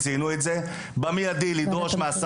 צריך לציין את זה במיידי בפני השרים,